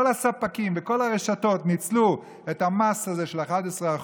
כל הספקים וכל הרשתות ניצלו את המס של 11%